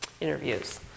interviews